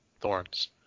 Thorns